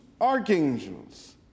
archangels